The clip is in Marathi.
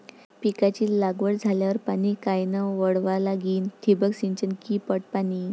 पिकाची लागवड झाल्यावर पाणी कायनं वळवा लागीन? ठिबक सिंचन की पट पाणी?